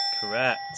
Correct